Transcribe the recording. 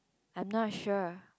I'm not sure